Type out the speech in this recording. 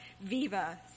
Viva